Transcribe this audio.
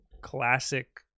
classic